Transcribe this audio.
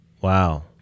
Wow